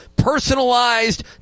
personalized